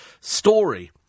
story